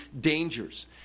dangers